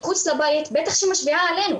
שהיא מחוץ לבית בטח שהיא משפיעה עלינו.